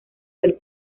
del